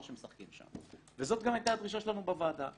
שמשחקים שם וזאת גם היתה הדרישה שלנו בוועדה.